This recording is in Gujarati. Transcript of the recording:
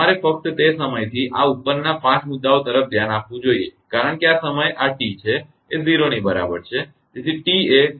તમારે ફક્ત તે સમયથી આ ઉપરના આ 5 મુદ્દાઓ પર ધ્યાન આપવું જોઈએ કારણ કે આ સમય આ T છે એ 0 ની બરાબર છે